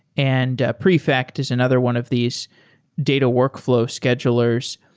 and prefect is another one of these data workflow schedulers.